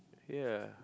ya